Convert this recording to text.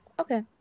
Okay